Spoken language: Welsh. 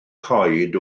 coed